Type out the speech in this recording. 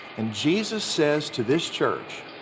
and jesus says to this church